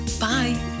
Bye